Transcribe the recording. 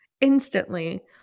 instantly